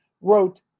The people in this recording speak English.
wrote